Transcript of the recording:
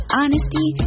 honesty